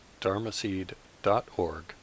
dharmaseed.org